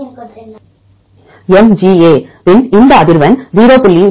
MGA இன் இந்த அதிர்வெண் 0